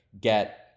get